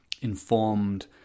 informed